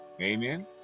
amen